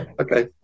Okay